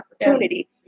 opportunity